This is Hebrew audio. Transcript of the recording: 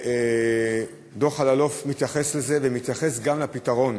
דוח אלאלוף מתייחס לזה ומתייחס גם לפתרון